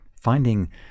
finding